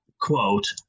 quote